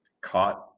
caught